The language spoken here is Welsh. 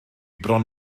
bron